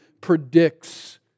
predicts